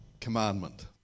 commandment